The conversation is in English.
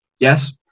Yes